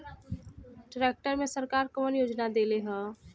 Tractor मे सरकार कवन योजना देले हैं?